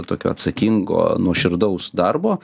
tokio atsakingo nuoširdaus darbo